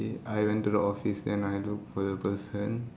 I went to the office and I look for the person